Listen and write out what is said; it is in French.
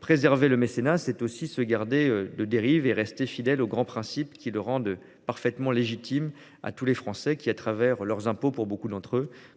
Préserver le mécénat, c'est aussi se garder de toute dérive et rester fidèle aux grands principes qui le rendent légitime pour les Français, qui, à travers leurs impôts,